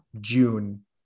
June